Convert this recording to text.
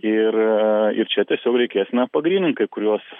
ir ir čia tiesiog reikės na pagrynint kai kuriuos